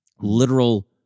literal